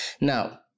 Now